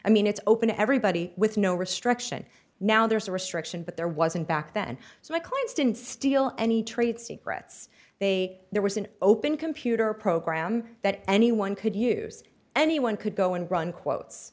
i mean it's open to everybody with no restriction now there's a restriction but there wasn't back then so my clients didn't steal any trade secrets they there was an open computer program that anyone could use anyone could go and run quotes